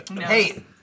Hey